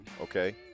Okay